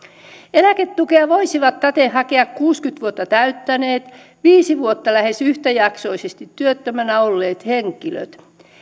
eläketukea voisivat täten hakea kuusikymmentä vuotta täyttäneet viisi vuotta lähes yhtäjaksoisesti työttömänä olleet henkilöt